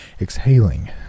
exhaling